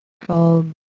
called